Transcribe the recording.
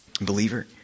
Believer